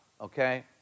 okay